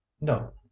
no